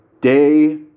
day